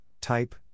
type